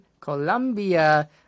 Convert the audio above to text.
Colombia